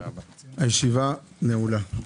הישיבה נעולה.